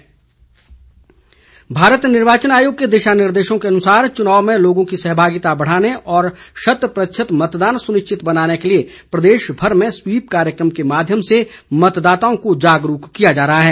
SVEEP कार्यक्रम भारत निर्वाचन आयोग के दिशा निर्देशों के अनुसार चुनाव में लोगों की सहभागिता बढ़ाने और शत प्रतिशत मतदान सुनिश्चित बनाने के लिए प्रदेश भर में स्वीप कार्यक्रम के माध्यम से मतदाताओं को जागरूक किया जा रहा है